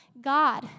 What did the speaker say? God